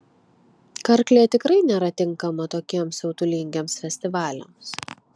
karklė tikrai nėra tinkama tokiems siautulingiems festivaliams